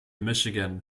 michigan